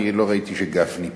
אני לא ראיתי שגפני פה.